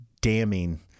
damning